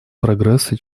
прогресса